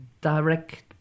direct